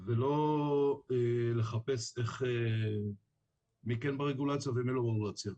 ולא לחפש איך מי כן ברגולציה ומי לא ברגולציה.